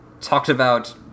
talked-about